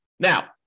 Now